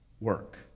work